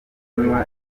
rubyiruko